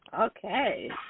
Okay